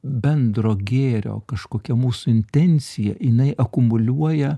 bendro gėrio kažkokia mūsų intencija jinai akumuliuoja